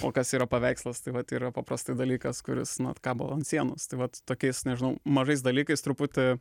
o kas yra paveikslas tai vat yra paprastai dalykas kuris nu vat kabo ant sienos tai vat tokiais nežinau mažais dalykais truputį